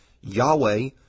Yahweh